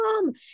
mom